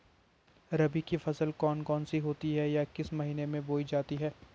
रबी की फसल कौन कौन सी होती हैं या किस महीने में बोई जाती हैं?